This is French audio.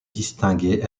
distinguée